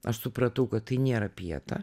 aš supratau kad tai nėra pieta